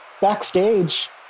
backstage